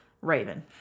Raven